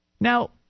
Now